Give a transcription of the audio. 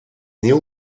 néo